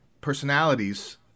personalities